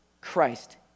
Christ